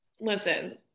listen